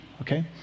okay